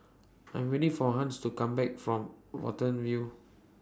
I'm waiting For Hans to Come Back from Watten View